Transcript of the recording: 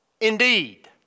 indeed